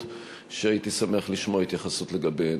שהייתי שמח לשמוע התייחסות לגביהן.